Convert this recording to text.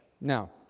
Now